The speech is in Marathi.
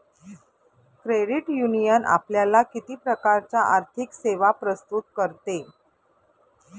क्रेडिट युनियन आपल्याला किती प्रकारच्या आर्थिक सेवा प्रस्तुत करते?